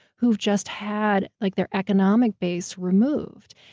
who've just had like their economic base removed.